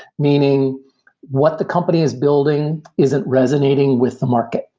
meaning what the company is building isn't resonating with the market.